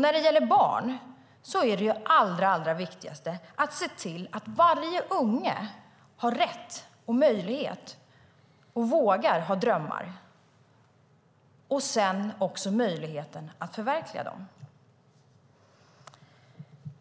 När det gäller barn är det allra viktigaste att se till att varje unge har rätt och möjlighet att ha drömmar - och vågar ha det - och sedan möjligheten att förverkliga dem.